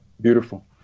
Beautiful